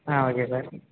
ah okay sir